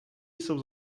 jsou